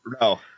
No